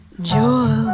joy